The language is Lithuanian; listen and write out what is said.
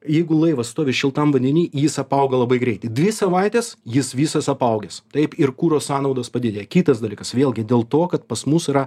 jeigu laivas stovi šiltam vandeny jis apauga labai greitai dvi savaitės jis visas apaugęs taip ir kuro sąnaudos padidėja kitas dalykas vėlgi dėl to kad pas mus yra